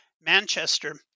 Manchester